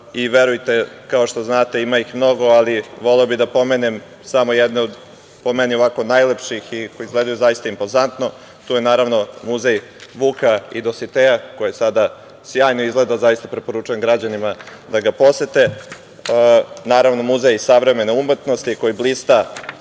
i verujte, kao što znate ima ih mnogo, ali voleo bih da pomenem samo jedne, od po meni ovako najlepših, koje izgledaju zaista impozantno, tu je naravno Muzej Vuka i Dositeja, koji sada sjajno izgleda, zaista preporučujem građanima da ga posete. Naravno, Muzej savremene umetnosti koji blista